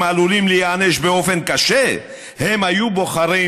עלולים להיענש באופן קשה הם היו בוחרים,